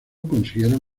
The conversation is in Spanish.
consiguieron